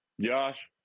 Josh